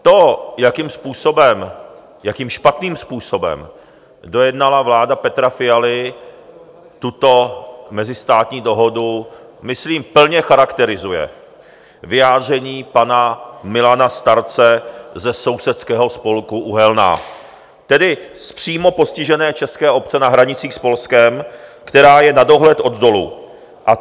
To, jakým způsobem, jakým špatným způsobem, dojednala vláda Petra Fialy tuto mezistátní dohodu, myslím, plně charakterizuje vyjádření pana Milana Starce ze Sousedského spolku Uhelná, tedy z přímo postižené české obce na hranicích s Polskem, která je na dohled od dolu.